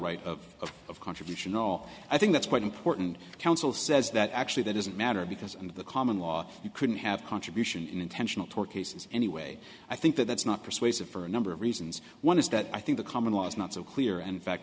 right of of contribution all i think that's quite important counsel says that actually that isn't matter because under the common law you couldn't have contribution in intentional tort cases anyway i think that that's not persuasive for a number of reasons one is that i think the common law is not so clear and fac